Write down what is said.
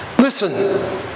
Listen